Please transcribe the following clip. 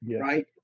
right